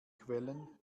quellen